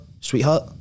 sweetheart